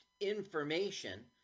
information